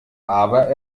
aber